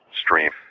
stream